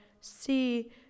See